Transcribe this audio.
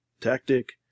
Tactic